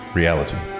reality